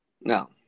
No